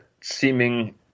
seeming